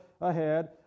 ahead